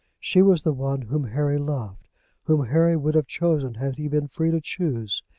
she was the one whom harry loved whom harry would have chosen, had he been free to choose.